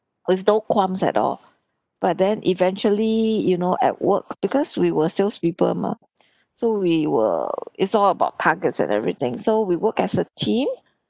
with no qualms at all but then eventually you know at work because we were sales people mah so we were it's all about targets and everything so we work as a team